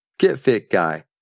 getfitguy